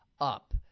up